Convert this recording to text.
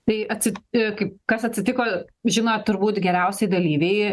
tai atsi i kaip kas atsitiko žino turbūt geriausiai dalyviai